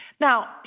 Now